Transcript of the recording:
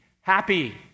happy